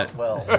ah well.